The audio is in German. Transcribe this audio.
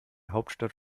hauptstadt